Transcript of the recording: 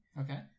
Okay